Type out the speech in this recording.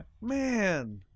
Man